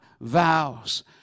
vows